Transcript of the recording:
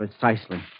Precisely